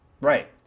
Right